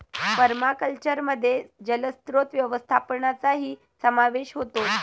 पर्माकल्चरमध्ये जलस्रोत व्यवस्थापनाचाही समावेश होतो